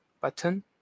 button